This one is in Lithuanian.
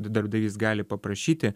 darbdavys gali paprašyti